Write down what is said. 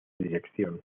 dirección